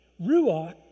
ruach